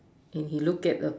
and he look at the